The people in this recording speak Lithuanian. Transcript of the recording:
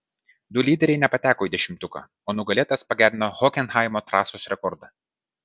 du lyderiai nepateko į dešimtuką o nugalėtojas pagerino hokenhaimo trasos rekordą